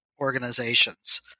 organizations